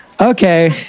Okay